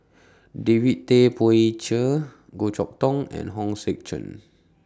David Tay Poey Cher Goh Chok Tong and Hong Sek Chern